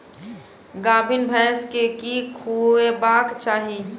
गाभीन भैंस केँ की खुएबाक चाहि?